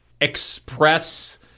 express